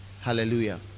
Hallelujah